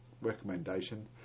recommendation